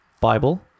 Bible